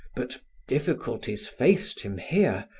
but difficulties faced him here,